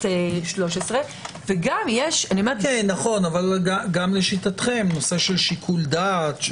13. אבל גם לשיטתכם נושא של שיקול דעת,